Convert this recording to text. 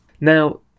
now